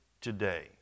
today